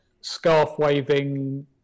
scarf-waving